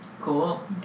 Cool